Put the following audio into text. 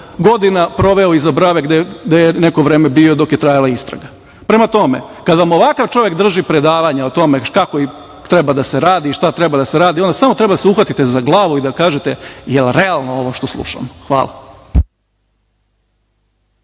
godina proveo iza brave gde je neko vreme bio dok je trajala istraga. Prema tome, kada vam ovakav čovek drži predavanje o tome kako treba da se radi i šta treba da se radi, ono samo treba da se uhvatite za glavu i da kažete, jel realno ovo što slušamo. Hvala.